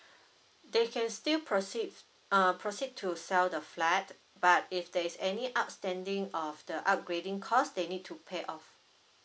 they can still proceed uh proceed to sell the flat but if there is any outstanding of the upgrading cost they need to pay off